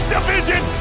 Division